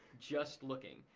just looking.